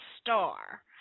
Star